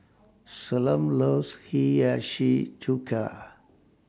Salome loves Hiyashi Chuka